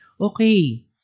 okay